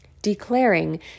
declaring